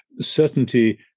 certainty